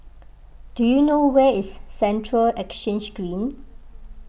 do you know where is Central Exchange Green